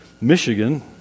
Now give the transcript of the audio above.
Michigan